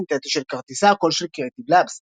הסינתתי של כרטיסי הקול של Creative Labs,